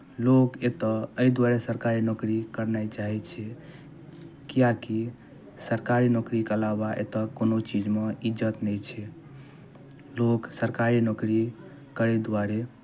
लोक एतय एहि दुआरे सरकारी नौकरी करनाइ चाहै छै किएकि सरकारी नौकरीके अलावा एतय कोनो चीजमे इज्जत नहि छै लोक सरकारी नौकरी करै दुआरे